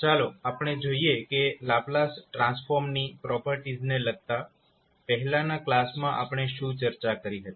ચાલો આપણે જોઈએ કે લાપ્લાસ ટ્રાન્સફોર્મની પ્રોપર્ટીઝને લગતા પહેલાના કલાસમાં આપણે શું ચર્ચા કરી હતી